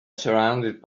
surrounded